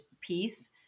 piece